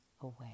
away